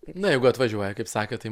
na jeigu atvažiuoja kaip sakėt tai